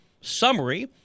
summary